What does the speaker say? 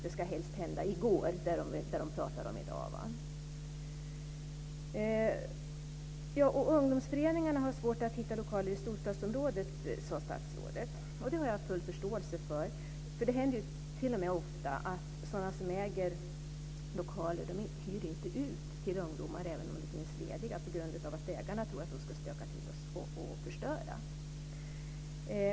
Det som de pratar om i dag ska helst ha hänt i går. Ungdomsföreningarna har svårt att hitta lokaler i storstadsområdet, sade statsrådet. Det har jag full förståelse för. Det händer ju t.o.m. ofta att sådana som äger lokaler inte hyr ut till ungdomar, även om det finns lediga lokaler, på grund av att de tror att ungdomarna ska stöka till och förstöra.